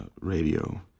radio